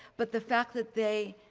but the fact that they,